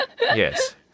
yes